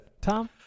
Tom